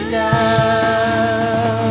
now